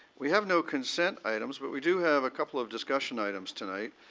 we have no consent items. but we do have a couple of discussion items tonight.